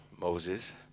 Moses